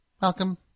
Welcome